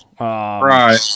Right